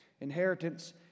inheritance